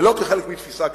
ולא כחלק מתפיסה כללית,